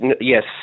yes